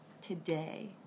today